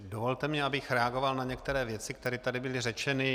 Dovolte mi, abych reagoval na některé věci, které tady byly řečeny.